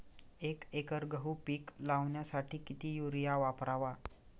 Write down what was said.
एक एकर गहू पीक लावण्यासाठी किती युरिया वापरावा?